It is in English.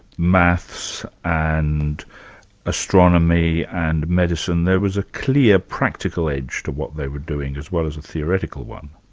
maths and astronomy and medicine, there was a clear practical edge to what they were doing as well as a theoretical one?